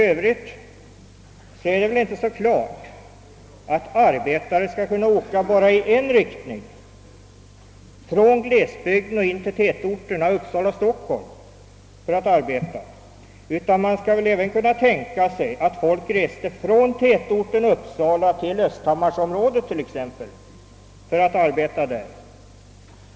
Arbetare skall inte bara kunna åka i en riktning från glesbygden till tätorterna Uppsala och Stockholm, för att arbeta utan de skall även kunna resa från t.ex. tätorten Uppsala till Östhammar för att arbeta där.